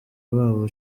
babo